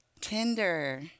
Tinder